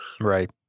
right